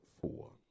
four